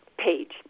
Page